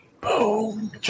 Boom